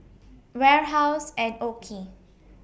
Warehouse and OKI